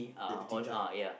the dirty joint